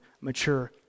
mature